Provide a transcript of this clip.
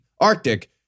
arctic